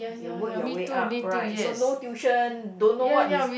you work your way up right so no tuition don't know what is